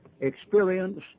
experience